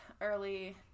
early